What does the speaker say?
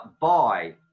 buy